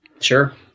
Sure